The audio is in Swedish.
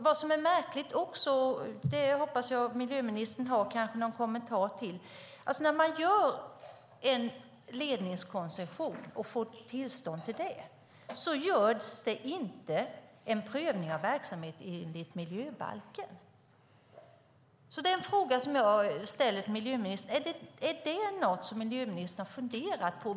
Jag tycker också att det är märkligt att när man gör en ledningskoncession och får tillstånd till detta görs det inte någon prövning av verksamheten enligt miljöbalken. Jag hoppas att miljöministern har någon kommentar till detta. Det är en fråga som jag ställer till miljöministern: Är det något som hon har funderat på?